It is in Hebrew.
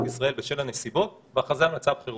ישראל בשל הנסיבות בהכרזה על מצב חירום.